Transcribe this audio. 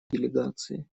делегации